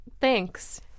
Thanks